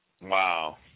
Wow